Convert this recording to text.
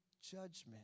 Judgment